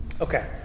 Okay